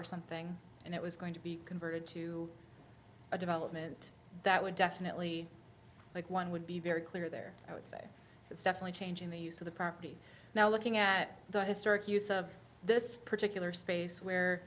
something and it was going to be converted to a development that would definitely like one would be very clear there i would say it's definitely changing the use of the property now looking at the historic use of this particular space